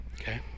Okay